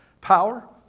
power